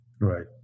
Right